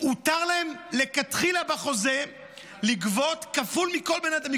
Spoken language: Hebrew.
הותר להם לכתחילה בחוזה לגבות כפול מכל בן אדם,